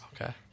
Okay